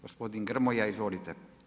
Gospodin Grmoja, izvolite.